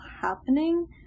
happening